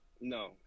No